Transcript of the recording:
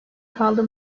kaldı